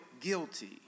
guilty